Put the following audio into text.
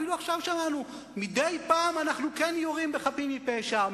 אפילו עכשיו שמענו: מדי פעם אנחנו כן יורים בחפים מפשע,